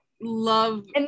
love